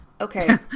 Okay